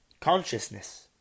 consciousness